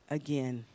again